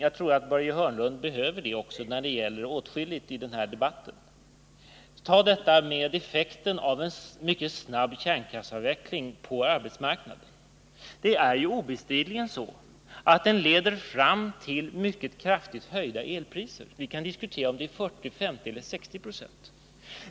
Jag tror att Börje Hörnlund också behöver en sådan när det gäller åtskilligt i den här debatten. Tag detta med effekten på arbetsmarknaden av en mycket snabb kärnkraftsavveckling! Det är ju obestridligen så att den leder fram till mycket kraftigt höjda elpriser. Vi kan diskutera om det blir höjningar på 40, 50 eller 60 26.